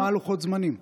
מה לוחות הזמנים?